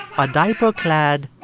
are diaper-clad